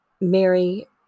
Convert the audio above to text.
Mary